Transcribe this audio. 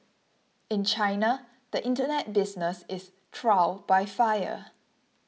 in China the Internet business is trial by fire